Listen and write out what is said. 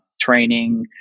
Training